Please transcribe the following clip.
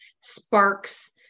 sparks